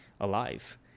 alive